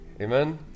Amen